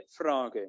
Frage